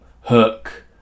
Hook